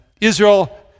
Israel